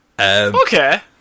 Okay